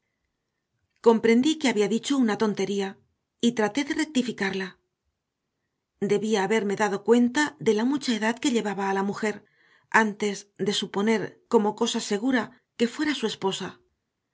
comprendí que había dicho una tontería y traté de rectificarla debía haberme dado cuenta de la mucha edad que llevaba a la mujer antes de suponer como cosa segura que fuera su esposa